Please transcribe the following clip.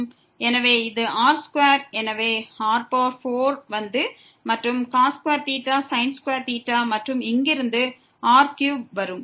எனவே இது r2 எனவே r4 வந்து மற்றும் வருகிறது மற்றும் இங்கிருந்து r3 வரும்